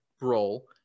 role